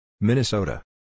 Minnesota